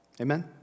Amen